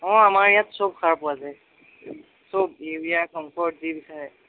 অঁ আমাৰ ইয়াত চব সাৰ পোৱা যায় চব ইউৰিয়া কমফ'ৰ্ট যি বিচাৰে